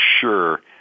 sure